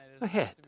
ahead